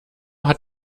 hat